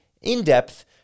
in-depth